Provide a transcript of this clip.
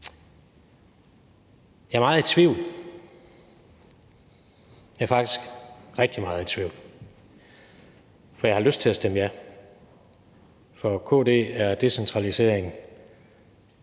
Jeg er meget i tvivl. Jeg er faktisk rigtig meget i tvivl, for jeg har lyst til at stemme ja. For Kristendemokraterne